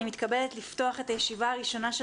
אני מתכבדת לפתוח את הישיבה הראשונה של